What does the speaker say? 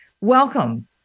welcome